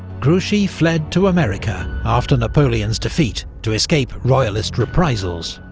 grouchy fled to america after napoleon's defeat to escape royalist reprisals,